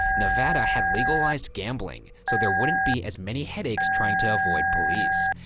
nevada had legalized gambling, so there wouldn't be as many headaches trying to avoid police.